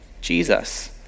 Jesus